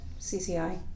CCI